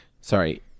sorry